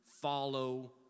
follow